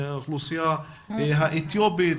האוכלוסייה האתיופית,